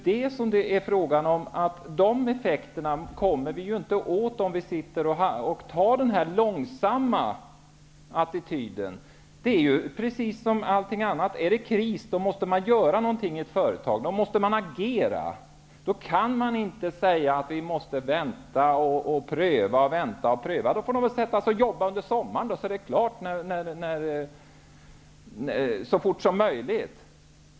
De effekterna kommer vi inte åt om vi har den långsamma attityden. Är det kris måste man göra någonting. Man måste agera. Man kan inte säga att man skall vänta och pröva. Man får väl arbeta med detta under sommaren så att det blir färdigt.